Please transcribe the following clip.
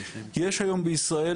יש היום בישראל,